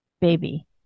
baby